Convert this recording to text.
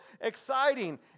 exciting